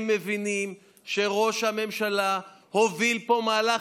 הם מבינים שראש הממשלה הוביל פה מהלך